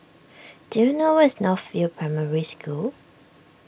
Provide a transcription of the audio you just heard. do you know where is North View Primary School